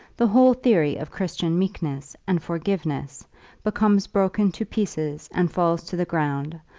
the whole theory of christian meekness and forgiveness becomes broken to pieces and falls to the ground,